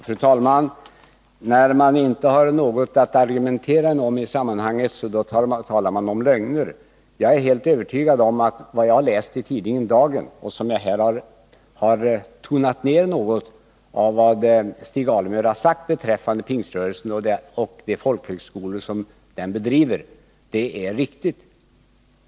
Fru talman! När man inte har något att argumentera om i sammanhanget, då talar man om lögner. Jag är helt övertygad om att vad jag har läst i tidningen Dagen om vad Stig Alemyr har sagt beträffande Pingströrelsen och de folkhögskolor som den bedriver — jag har tonat ner det något här — är riktigt.